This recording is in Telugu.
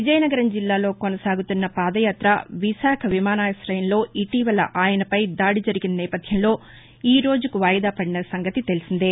విజయనగరం జిల్లాలో కొనసాగుతున్న పాదయాత విశాఖ విమానాశయంలో ఇటీవల ఆయనపై దాడి జరిగిన నేపధ్యంలో ఈరోజుకు వాయిదా పడిన సంగతి తెలిసిందే